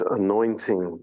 anointing